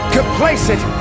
Complacent